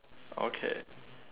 okay